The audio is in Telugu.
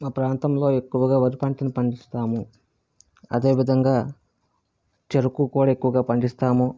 మా ప్రాంతంలో ఎక్కువగా వరి పంటను పండిస్తాము అదేవిధంగా చెరుకు కూడా ఎక్కువగా పండిస్తాము